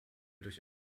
durch